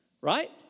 Right